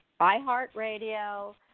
iheartradio